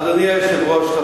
אדוני היושב-ראש,